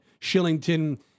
Shillington